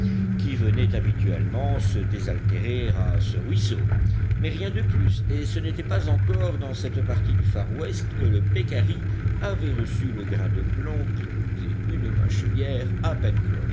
qui venaient habituellement se désaltérer à ce ruisseau mais rien de plus et ce n'était pas encore dans cette partie du far west que le pécari avait reçu le grain de plomb qui coûtait une mâchelière à